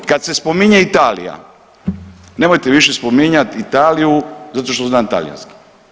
Kad se spominje Italija nemojte više spominjati Italiju zato što znam talijanski.